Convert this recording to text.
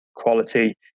quality